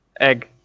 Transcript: Egg